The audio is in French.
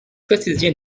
quotidien